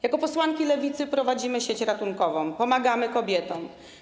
Jako posłanki Lewicy prowadzimy sieć ratunkową, pomagamy kobietom.